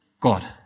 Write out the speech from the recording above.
God